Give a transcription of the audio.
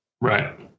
Right